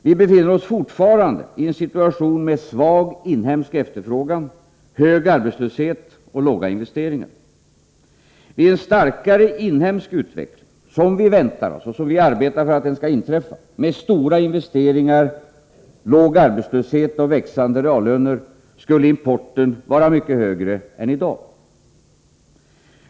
Vi befinner oss fortfarande i en situation med svag inhemsk efterfrågan, hög arbetslöshet och låga investeringar. Vid en starkare inhemsk utveckling — vi väntar en sådan, och vi arbetar för att den skall inträffa — med stora investeringar, låg arbetslöshet och växande reallöner skulle importen vara mycket högre än i dag.